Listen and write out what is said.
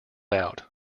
out